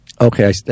Okay